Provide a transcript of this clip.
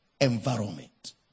environment